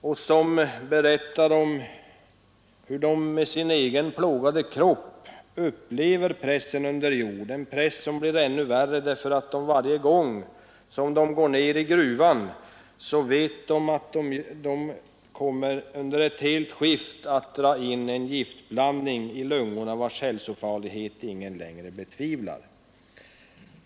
De berättar om hur de med sin egen plågade kropp upplever pressen under jord, en press som blir ännu värre därför att de varje gång som de kommer att under ett helt skift dra in en giftblandning i lungorna, vars hälsofarlighet ingen längre betvivlar.